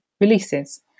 releases